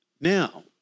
Now